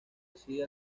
reside